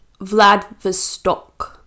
Vladivostok